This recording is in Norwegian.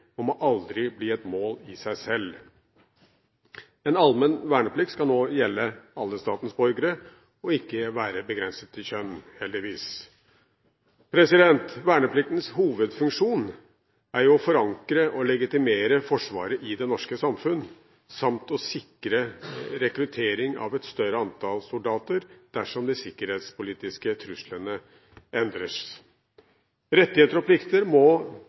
og må aldri bli et mål i seg selv. En allmenn verneplikt skal nå gjelde alle statens borgere og ikke være begrenset til kjønn, heldigvis. Vernepliktens hovedfunksjon er å forankre og legitimere Forsvaret i det norske samfunn samt å sikre rekruttering av et større antall soldater dersom de sikkerhetspolitiske truslene endres. Rettigheter og plikter må